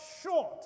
short